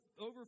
over